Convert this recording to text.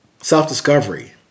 self-discovery